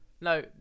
No